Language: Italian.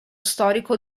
storico